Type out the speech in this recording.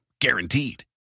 Guaranteed